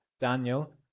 Daniel